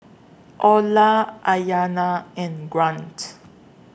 Orla Aiyana and Grant